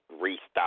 Restart